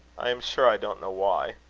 i am sure i don't know why.